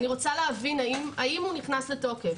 אני רוצה להבין האם הוא נכנס לתוקף.